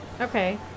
okay